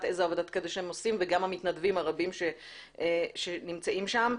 איזו עבודת קודש הם עושים וגם המתנדבים הרבים שנמצאים שם.